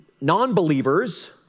non-believers